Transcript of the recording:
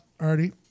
already